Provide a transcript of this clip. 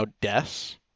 deaths